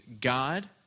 God